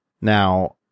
Now